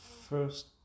first